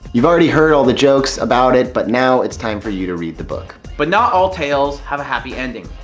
you've already heard all the jokes about it, but now it's time for you to read the book. but not all tales have a happy ending.